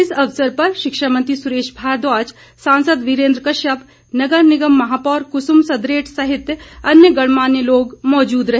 इस अवसर पर शिक्षा मंत्री सुरेश भारद्वाज सांसद वीरेन्द्र कश्यप नगर निगम महापौर कुसुम सदरेट सहित अन्य गणमान्य लोग मौजूद रहे